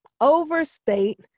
overstate